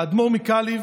האדמו"ר מקאליב,